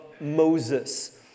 Moses